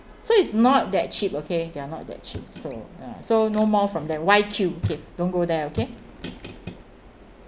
so it's not that cheap okay they're not that cheap so uh so no more from them Y_Q okay don't go there okay